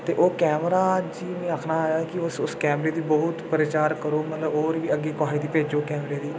ते ओह् कैमरा में आखना के उस कैमरा दा बहुत प्रचार करो मतलब होर बी अग्गै भेजो कुसै गी कैमरे दी